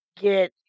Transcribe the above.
Get